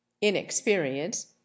inexperience